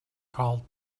called